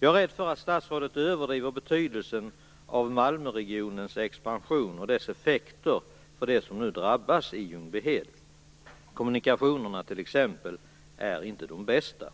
Jag är rädd för att statsrådet överdriver betydelsen av Malmöregionens expansion och dess effekter för dem som nu drabbas i Ljungbyhed. Kommunikationerna är t.ex. inte de bästa.